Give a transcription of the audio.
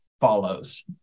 follows